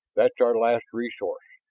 that's our last resource.